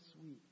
sweet